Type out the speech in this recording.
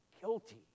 guilty